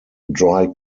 dry